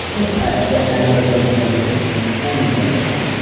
yeah ah that neither of them are doing anything wrong.